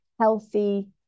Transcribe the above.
healthy